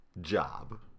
job